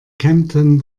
kempten